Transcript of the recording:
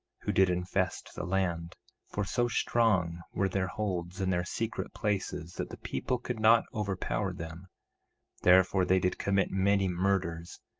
who did infest the land for so strong were their holds and their secret places that the people could not overpower them therefore they did commit many murders,